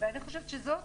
אני חושבת שזאת